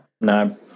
no